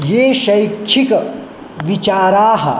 ये शैक्षिकविचाराः